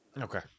okay